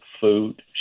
food